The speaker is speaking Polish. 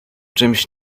czymś